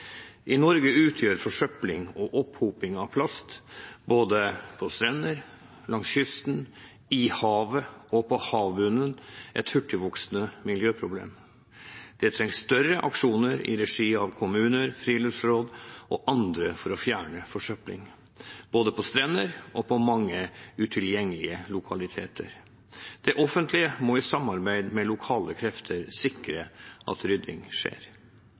I Norge utgjør forsøpling og opphoping av plast – både på strender, langs kysten, i havet og på havbunnen – et hurtigvoksende miljøproblem. Det trengs større aksjoner i regi av kommuner, friluftsråd og andre for å fjerne søppel både på strender og på mange utilgjengelige lokaliteter. Det offentlige må i samarbeid med lokale krefter sikre at rydding skjer.